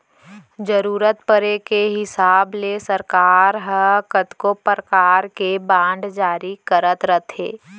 जरूरत परे के हिसाब ले सरकार ह कतको परकार के बांड जारी करत रथे